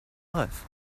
life